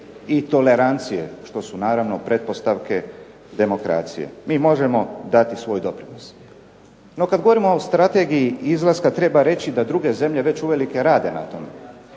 i tolerancije što su naravno pretpostavke demokracije. Mi možemo dati svoj doprinos. No, kad govorimo o Strategiji izlaska treba reći da druge zemlje već uvelike rade na tome.